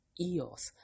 eos